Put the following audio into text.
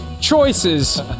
choices